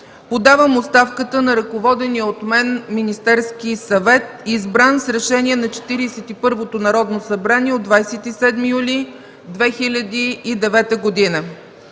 подавам оставката на ръководения от мен Министерски съвет, избран с Решение на 41-то Народно събрание от 27 юли 2009 г.